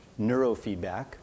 neurofeedback